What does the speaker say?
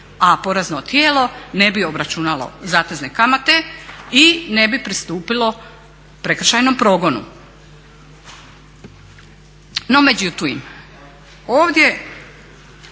a porezno tijelo ne bi obračunalo zatezne kamate i ne bi pristupilo prekršajnom progonu. No međutim, ovdje